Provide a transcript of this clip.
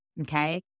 okay